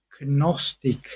gnostic